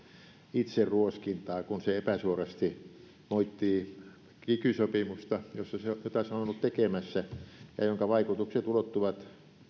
itseruoskintaa kun se epäsuorasti moittii kiky sopimusta jota se on ollut tekemässä ja jonka vaikutukset ulottuvat